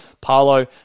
Palo